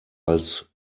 als